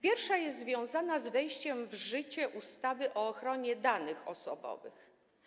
Pierwsza kwestia jest związana z wejściem w życie ustawy o ochronie danych osobowych.